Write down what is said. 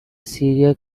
syriac